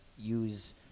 use